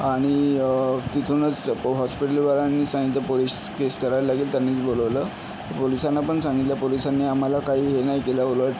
आणि तिथूनच हॉस्पिटलवाल्यांनी सांगितलं पोलिस केस करायला लगेच त्यांनीच बोलवलं पोलिसांना पण सांगितलं पोलिसांनी आम्हाला कही हे नाही केलं उलट